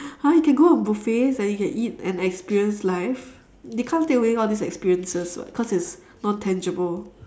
!huh! you can go on buffets and you can eat and experience life they can't take away all these experiences [what] cause it's non tangible